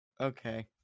Okay